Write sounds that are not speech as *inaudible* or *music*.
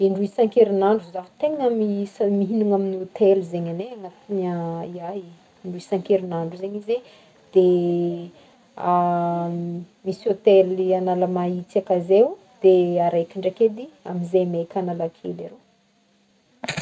Indroy isan-kerinandro zaho tegna mihisa- mihignagny amin'ny hotely zegny agne anatin'ny a *hesitation* ya e, indroy isan-kerinandro izy e, de *hesitation* misy hotely Analamahintsy aka ze o, de *hesitation* de araiky ndraiky edy amy zaimaika Analakely aro.